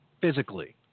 physically